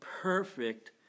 perfect